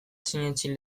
sinetsi